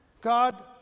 God